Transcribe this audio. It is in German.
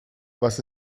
was